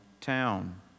town